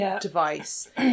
device